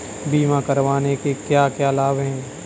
बीमा करवाने के क्या क्या लाभ हैं?